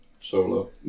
solo